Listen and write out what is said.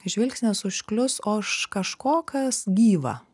žvilgsnis užklius už kažko kas gyva